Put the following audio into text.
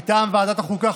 מטעם ועדת החוקה,